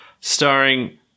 starring